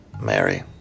Mary